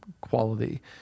quality